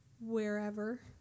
wherever